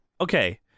Okay